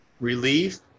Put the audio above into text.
relief